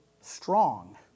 strong